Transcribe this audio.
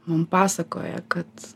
mum pasakoja kad